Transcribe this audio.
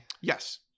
Yes